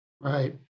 Right